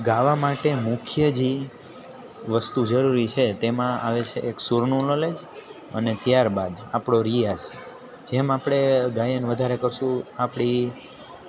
ગાવા માટે મુખ્ય જે વસ્તુ જરૂરી છે તેમાં આવે છે એક સૂરનું નોલેજ અને ત્યારબાદ આપણો રિયાઝ જેમ આપણે ગાયન વધારે કરીશું આપણી